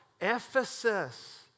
ephesus